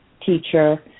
teacher